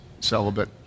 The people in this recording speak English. celibate